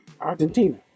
Argentina